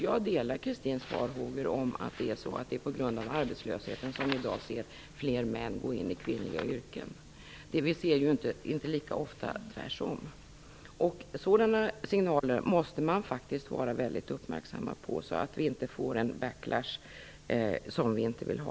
Jag delar Christins farhågor att det är arbetslösheten som är orsaken till att fler män i dag går in i kvinnliga yrken. Det omvända förhållandet ser man inte lika ofta. Sådana signaler måste man faktiskt vara mycket uppmärksam på, så att vi inte får en backlash som vi inte vill ha.